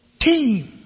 team